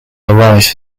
arise